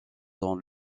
dans